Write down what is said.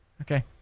Okay